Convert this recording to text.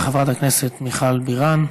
בבקשה, חברת הכנסת מיכל בירן.